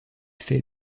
fait